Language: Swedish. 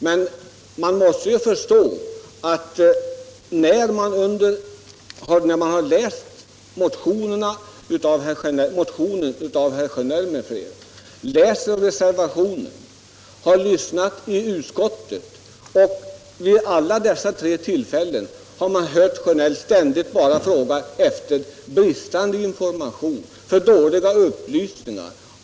Men jag har läst motionen av herr Sjönell m.fl., jag har läst reservationen, och jag har lyssnat till överläggningarna i utskottet, och herr Sjönell har på alla ställena talat om bristande information och om dåliga upplysningar.